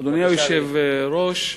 אדוני היושב-ראש,